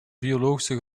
biologische